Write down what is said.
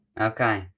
okay